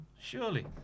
Surely